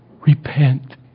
repent